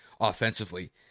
offensively